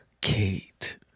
Kate